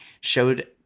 showed